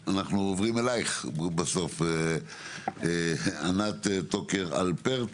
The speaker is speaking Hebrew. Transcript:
אנחנו עוברים אליך בסוף, ענת טוקר אלפרט,